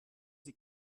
sie